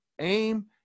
aim